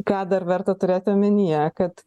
ką dar verta turėti omenyje kad